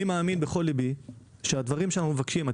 אני מאמין בכל ליבי שהדברים שאנו מבקשים לעשות,